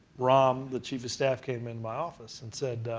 ron, the chief of staff, came in my office and said